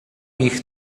ich